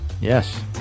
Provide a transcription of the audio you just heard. Yes